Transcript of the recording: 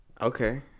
Okay